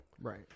Right